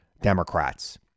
Democrats